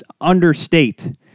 understate